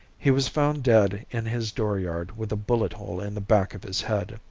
he was found dead in his door yard with a bullet hole in the back of his head.